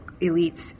elites